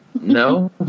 no